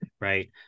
right